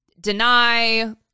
deny